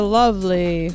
lovely